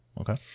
Okay